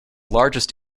largest